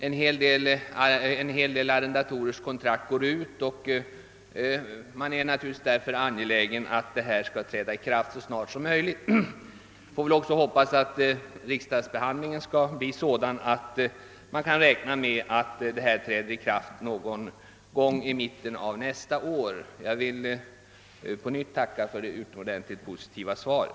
En hel del arrendatorers kontrakt går nämligen efterhand ut, och de är självfallet därför angelägna om att lagen träder i kraft så snart som möjligt. Jag hoppas också att riksdagsbehandlingen blir sådan att lagen kan träda i kraft någon gång i mitten på nästa år. Jag tackar ännu en gång för det mycket positiva svaret.